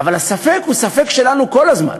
אבל הספק הוא ספק שלנו כל הזמן.